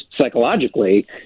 psychologically